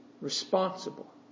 responsible